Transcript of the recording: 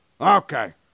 Okay